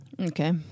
Okay